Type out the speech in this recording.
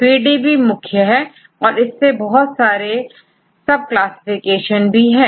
PDB मुख्य है इसमें बहुत सारे सब क्लासिफिकेशन भी हैं